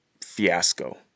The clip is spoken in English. fiasco